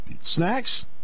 Snacks